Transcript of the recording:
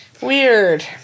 Weird